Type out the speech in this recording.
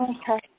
Okay